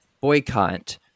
boycott